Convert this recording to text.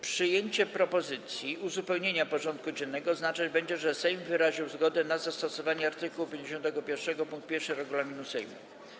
Przyjęcie propozycji uzupełnienia porządku dziennego oznaczać będzie, że Sejm wyraził zgodę na zastosowanie art. 51 pkt 1 regulaminu Sejmu.